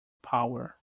power